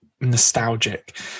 nostalgic